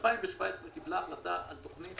ב-2017 וקיבלה החלטה על תוכנית